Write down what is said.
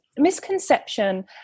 misconception